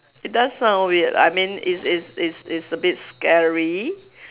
it does sounds weird I mean it's it's it's it's a bit scary